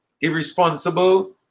irresponsible